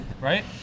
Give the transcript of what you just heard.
right